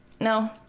No